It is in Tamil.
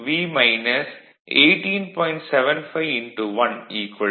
ஆக Eb2 V 18